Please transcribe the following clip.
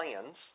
plans